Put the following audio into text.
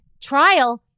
trial